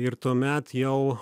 ir tuomet jau